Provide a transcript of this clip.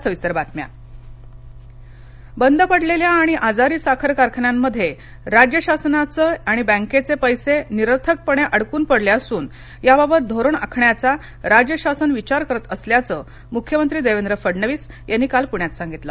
साखर परिषद बंद पडलेल्या आणि आजारी साखर कारखान्यांमध्ये राज्य शासनाचे आणि बँकांचे पैसे निरर्थकपणे अडकून पडले असून याबाबत धोरण आखण्याचा राज्य शासन विचार करत असल्याचं मुख्यमंत्री देवेंद्र फडणवीस यांनी काल पुण्यात सांगितलं